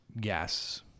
gas